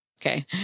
Okay